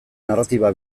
narratiba